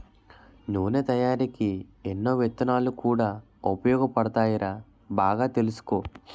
నూనె తయారికీ ఎన్నో విత్తనాలు కూడా ఉపయోగపడతాయిరా బాగా తెలుసుకో